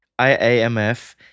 IAMF